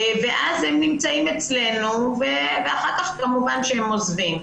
הם נמצאים אצלנו ואחר-כך הם עוזבים.